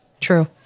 True